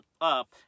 up